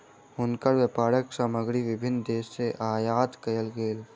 हुनकर व्यापारक सामग्री विभिन्न देस सॅ आयात कयल गेल